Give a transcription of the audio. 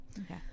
Okay